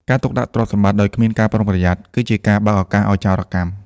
ការទុកដាក់ទ្រព្យសម្បត្តិដោយគ្មានការប្រុងប្រយ័ត្ន គឺជាការបើកឱកាសឱ្យចោរកម្ម។